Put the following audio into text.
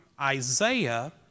Isaiah